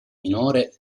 minore